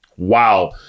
Wow